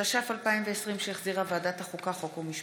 התש"ף 2020, שהחזירה ועדת החוקה, חוק ומשפט.